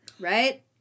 Right